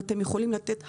ואתם יכולים לתת המון.